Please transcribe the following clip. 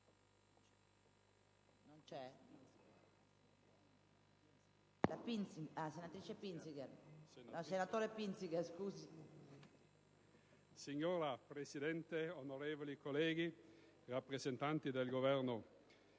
Signora Presidente, onorevoli colleghi, signori rappresentanti del Governo,